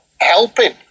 helping